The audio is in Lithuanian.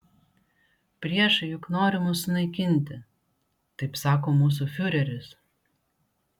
priešai juk nori mus sunaikinti taip sako mūsų fiureris